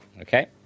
Okay